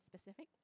specific